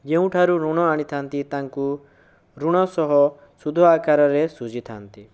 ଯେଉଁଠାରୁ ଋଣ ଆଣିଥାନ୍ତି ତାଙ୍କୁ ଋଣ ସହ ସୁଦ୍ଧ ଆକାରରେ ସୁଜି ଥାନ୍ତି